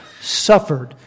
suffered